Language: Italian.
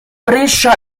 brescia